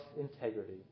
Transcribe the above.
integrity